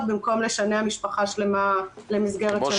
במקום לשנע משפחה שלמה למסגרת של מלון.